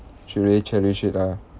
should really cherish it ah